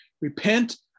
Repent